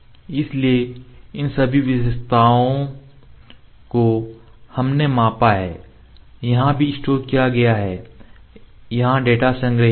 इसलिए इन सभी विशेषताओं को हमने मापा है यहां भी स्टोर किया गया है जहां डेटा संग्रहीत है